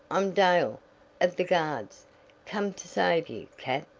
i'm dale of the guards come to save you, cap.